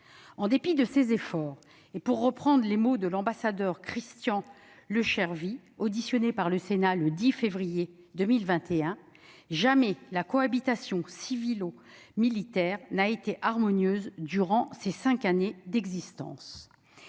En dépit de ses efforts, et pour reprendre les mots de l'ambassadeur Christian Lechervy, auditionné par le Sénat le 10 février 2021, « jamais la cohabitation civilo-militaire n'a été harmonieuse durant ces cinq années d'existence